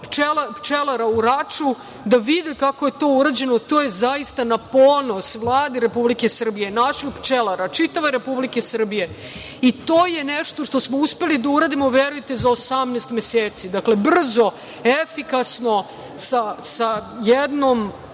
pčelara u Raču, da vide kako je to urađeno. To je zaista na ponos Vlade Republike Srbije, naših pčelara, čitave Republike Srbije, i to je nešto što smo uspeli da uradimo, verujte, za 18 meseci. Dakle, brzo, efikasno, sa jako